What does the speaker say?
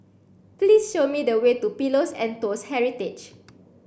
please show me the way to Pillows and Toast Heritage